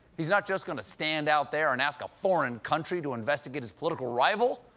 he's not just going to stand out there and ask a foreign country to investigate his political rival.